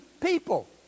people